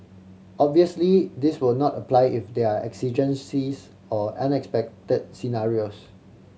obviously this will not apply if there are exigencies or unexpected scenarios